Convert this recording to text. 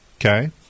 okay